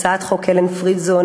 הצעת חוק אלן פרידזון,